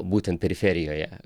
būtent periferijoje